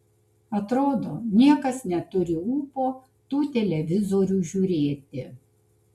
atrodo niekas neturi ūpo tų televizorių žiūrėti